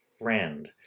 friend